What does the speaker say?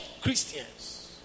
Christians